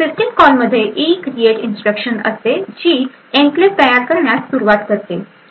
system कॉलमध्ये ECREATE instruction असते जी एन्क्लेव्ह तयार करण्यास सुरुवात करते